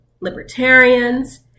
libertarians